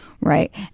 Right